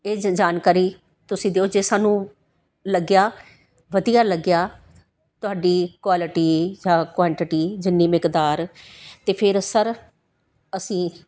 ਇਹ ਜੇ ਜਾਣਕਾਰੀ ਤੁਸੀਂ ਦਿਓ ਜੇ ਸਾਨੂੰ ਲੱਗਿਆ ਵਧੀਆ ਲੱਗਿਆ ਤੁਹਾਡੀ ਕੁਆਲਟੀ ਜਾਂ ਕੁਆਂਟੀਟੀ ਜਿੰਨੀ ਮਿਕਦਾਰ ਤਾਂ ਫਿਰ ਸਰ ਅਸੀਂ